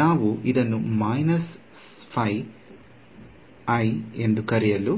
ನಾವು ಇದನ್ನು ಕರೆಯಲು ಹೋಗುತ್ತೇವೆ